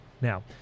Now